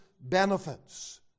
benefits